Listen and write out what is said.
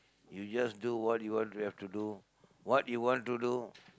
you just do what you want to have to do what you want to do